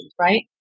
Right